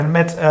met